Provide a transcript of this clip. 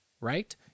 right